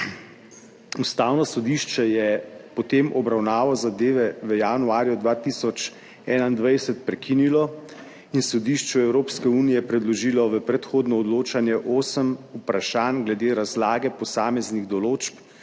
Ustavno sodišče je potem obravnavo zadeve v januarju 2021 prekinilo in Sodišču Evropske unije predložilo v predhodno odločanje osem vprašanj glede razlage posameznih določb